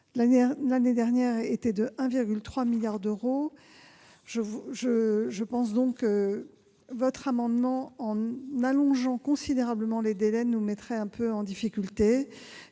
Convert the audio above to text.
l'année dernière était de 1,3 milliard d'euros. Cet amendement, en allongeant considérablement les délais, nous mettrait quelque peu en difficulté